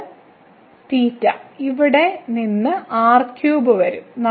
ഇത് ഇവിടെ നിന്ന് r3 വരും